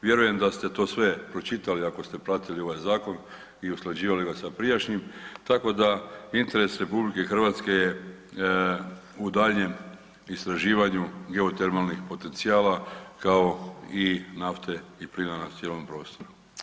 Vjerujem da ste to sve pročitali ako ste pratili ovaj zakon i usklađivali ga sa prijašnjim, tako da interes RH je u daljnjem istraživanju geotermalnih potencijala nafte i plina na cijelom prostoru.